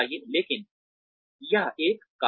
लेकिन यह एक कारण है